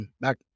back